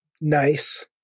nice